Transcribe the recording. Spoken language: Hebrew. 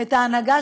הנוספת,